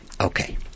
Okay